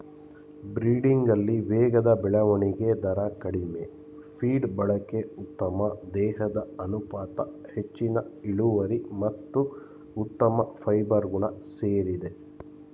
ಬ್ರೀಡಿಂಗಲ್ಲಿ ವೇಗದ ಬೆಳವಣಿಗೆ ದರ ಕಡಿಮೆ ಫೀಡ್ ಬಳಕೆ ಉತ್ತಮ ದೇಹದ ಅನುಪಾತ ಹೆಚ್ಚಿನ ಇಳುವರಿ ಮತ್ತು ಉತ್ತಮ ಫೈಬರ್ ಗುಣ ಸೇರಿದೆ